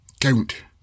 Count